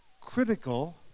critical